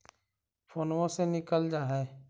फोनवो से निकल जा है?